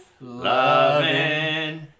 Loving